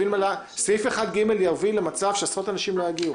סעיף 1ג' יביא למצב שעשרות אנשים לא יגיעו.